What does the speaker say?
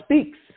speaks